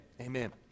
Amen